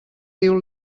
diu